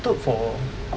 I thought for